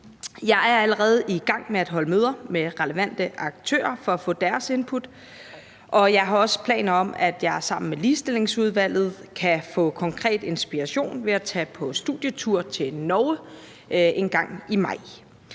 Jeg er allerede i gang med at holde møder med relevante aktører for at få deres input, og jeg har også planer om, at jeg sammen med Ligestillingsudvalget kan få konkret inspiration ved at tage på studietur til Norge engang